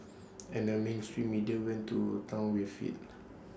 and the mainstream media went to Town with IT